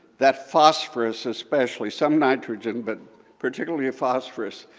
that phosphorus especially, some nitrogen, but particularly phosphorous,